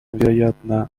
вероятно